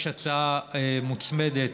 יש הצעה מוצמדת,